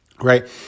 Right